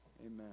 amen